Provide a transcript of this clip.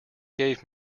gave